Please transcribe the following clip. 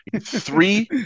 Three